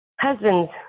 Husband's